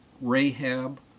Rahab